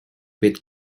with